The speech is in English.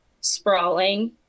sprawling